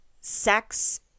sex